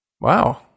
Wow